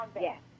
Yes